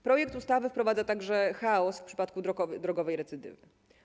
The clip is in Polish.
Projekt ustawy wprowadza także chaos w przypadku drogowej recydywy.